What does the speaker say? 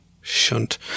Shunt